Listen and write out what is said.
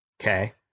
Okay